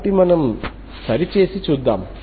కాబట్టి మనం సరిచేసి చూద్దాం